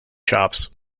shops